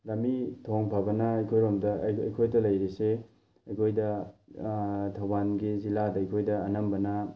ꯂꯝꯕꯤ ꯊꯣꯡ ꯐꯕꯅ ꯑꯩꯈꯣꯏꯔꯣꯝꯗ ꯑꯩꯈꯣꯏꯗ ꯂꯩꯔꯤꯁꯦ ꯑꯩꯈꯣꯏꯗ ꯊꯧꯕꯥꯜꯒꯤ ꯖꯤꯂꯥꯗ ꯑꯩꯈꯣꯏꯗ ꯑꯅꯝꯕꯅ